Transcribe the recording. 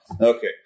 Okay